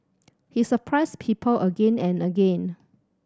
he surprised people again and again